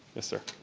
yes sir.